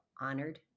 honored